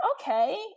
okay